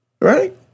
Right